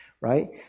right